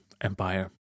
Empire